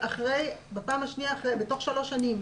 בפעם השנייה בתוך שלוש שנים.